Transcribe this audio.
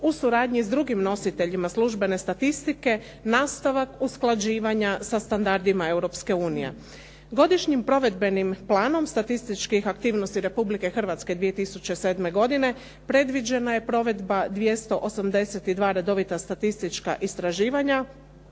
u suradnji s drugim nositeljima službene statistike nastavak usklađivanja sa standardima Europske unije. Godišnjim provedbenim planom statističkih aktivnosti Republike Hrvatske 2007. godine predviđena je provedba 282. redovita statistička istraživanja